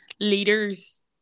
leaders